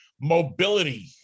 mobility